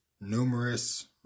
numerous